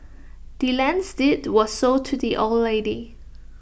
the land's deed was sold to the old lady